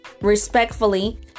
respectfully